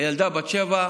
הילדה בת השבע,